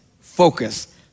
focus